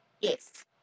Yes